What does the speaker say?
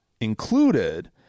included